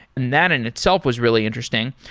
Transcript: and that in itself was really interesting,